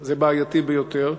שזה בעייתי ביותר.